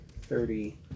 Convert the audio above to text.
thirty